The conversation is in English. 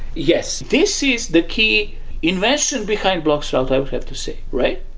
yes. this is the key invention behind bloxroute i would have to say, right?